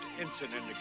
incident